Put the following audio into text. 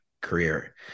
career